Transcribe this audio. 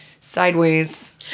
sideways